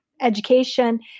Education